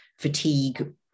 fatigue